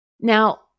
Now